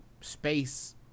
space